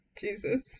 Jesus